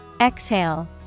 Exhale